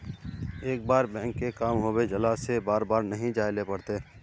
एक बार बैंक के काम होबे जाला से बार बार नहीं जाइले पड़ता?